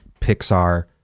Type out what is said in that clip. Pixar